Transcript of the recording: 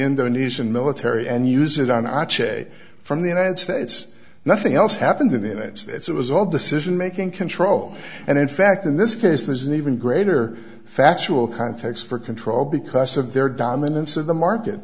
indonesian military and use it on achebe from the united states nothing else happened in the united states it was all decision making control and in fact in this case there's an even greater factual context for control because of their dominance of the market